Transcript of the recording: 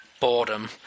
boredom